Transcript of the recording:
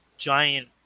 giant